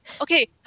okay